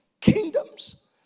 kingdoms